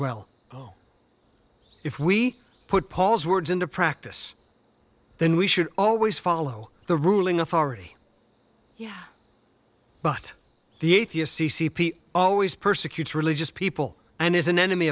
well oh if we put paul's words into practice then we should always follow the ruling authority yeah but the atheist c c p always persecutes religious people and is an enemy